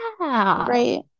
right